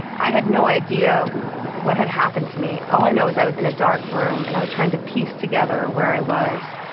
i had no idea what had happened to me. all i know was i was in a dark room and i was trying to piece together where i was.